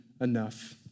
enough